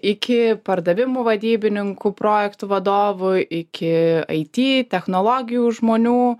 iki pardavimų vadybininkų projektų vadovų iki it technologijų žmonių